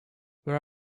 where